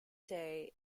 day